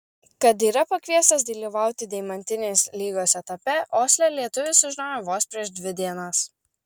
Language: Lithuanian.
kad yra pakviestas dalyvauti deimantinės lygos etape osle lietuvis sužinojo vos prieš dvi dienas